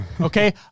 Okay